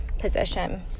position